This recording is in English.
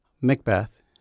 Macbeth